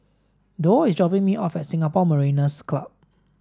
Dorr is dropping me off at Singapore Mariners' Club